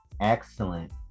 excellent